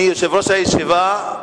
אני יושב-ראש הישיבה,